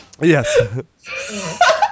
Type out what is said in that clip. Yes